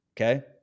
okay